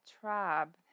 Tribe